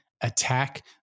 attack